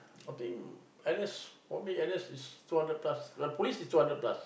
i think N_S for me N_S is two hundred plus the police is two hundred plus